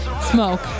Smoke